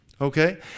Okay